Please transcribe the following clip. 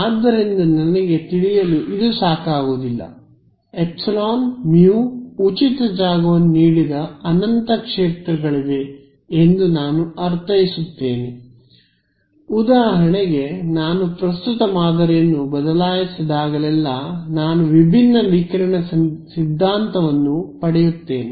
ಆದ್ದರಿಂದ ನನಗೆ ತಿಳಿಯಲು ಇದು ಸಾಕಾಗುವುದಿಲ್ಲ ε μ ಉಚಿತ ಜಾಗವನ್ನು ನೀಡಿದ ಅನಂತ ಕ್ಷೇತ್ರಗಳಿವೆ ಎಂದು ನಾನು ಅರ್ಥೈಸುತ್ತೇನೆ ಉದಾಹರಣೆಗೆ ನಾನು ಪ್ರಸ್ತುತ ಮಾದರಿಯನ್ನು ಬದಲಾಯಿಸಿದಾಗಲೆಲ್ಲಾ ನಾನು ವಿಭಿನ್ನ ವಿಕಿರಣ ಸಿದ್ಧಾಂತವನ್ನು ಪಡೆಯುತ್ತೇನೆ